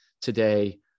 today